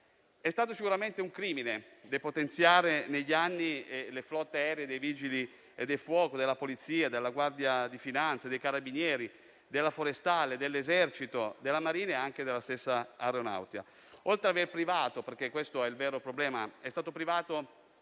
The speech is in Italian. È stato sicuramente un crimine depotenziare negli anni le flotte aeree dei Vigili del fuoco, della Polizia, della Guardia di finanza, dei Carabinieri, della Forestale, dell'Esercito, della Marina e anche della stessa Aeronautica. Il vero problema è che non soltanto è stata